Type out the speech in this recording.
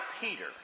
Peter